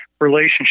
relationship